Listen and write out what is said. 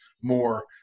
more